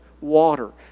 water